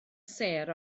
sêr